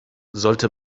sollte